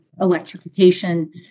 electrification